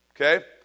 okay